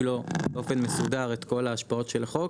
לו באופן מסודר את כל ההשפעות של החוק,